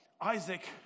Isaac